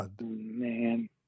man